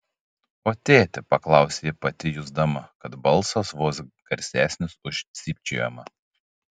o tėtį paklausė ji pati jusdama kad balsas vos garsesnis už cypčiojimą